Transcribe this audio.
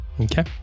Okay